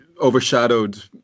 overshadowed